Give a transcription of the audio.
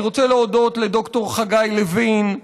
אני רוצה להודות לד"ר חגי לוין,